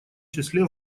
числе